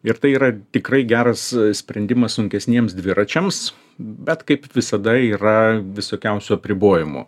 ir tai yra tikrai geras sprendimas sunkesniems dviračiams bet kaip visada yra visokiausių apribojimų